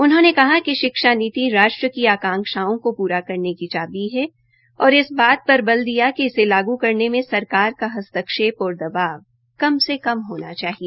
उन्होंने कहा कि शिक्षा नीति राष्ट्र की आकांशाओं को पूरा करने की चाबी है और इस बात पर बल दिया कि इसे लागू करने में सरकार का हस्ताक्षेप और दबाव कम से कम होना चाहिए